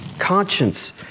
conscience